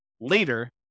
later